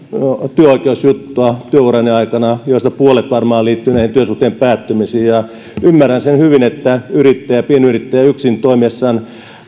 työoikeusjuttua joista varmaan puolet liittyi työsuhteen päättymisiin ja ymmärrän sen hyvin että pienyrittäjä yksin toimiessaan